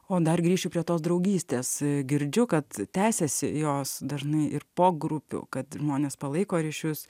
o dar grįšiu prie tos draugystės girdžiu kad tęsiasi jos dažnai ir po grupių kad žmonės palaiko ryšius